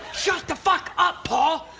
shut the fuck up, paul!